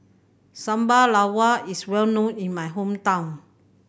sambal is well known in my hometown